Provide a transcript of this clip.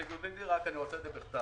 "נתונים מלאים ביחס למטרות העמותה וכיצד